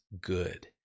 good